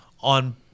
on